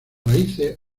raíces